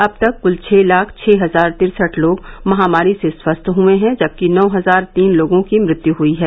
अब तक क्ल छः लाख छः हजार तिरसठ लोग महामारी से स्वस्थ हुए हैं जबकि नौ हजार तीन लोगों की मृत्यु हुई है